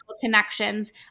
connections